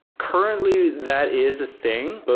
currently, that is thing. but